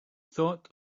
thought